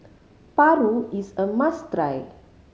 paru is a must try